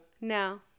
No